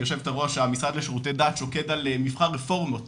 יו"ר -המשרד לשרותי דת שוקד על מבחר רפורמות